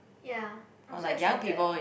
ya I'm so excited